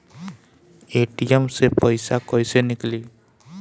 ATM से पइसा कइसे निकली?